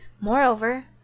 Moreover